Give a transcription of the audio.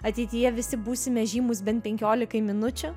ateityje visi būsime žymūs bent penkiolikai minučių